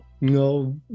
No